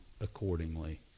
accordingly